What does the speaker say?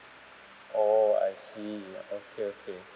oh I see okay okay